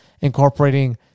incorporating